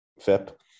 fip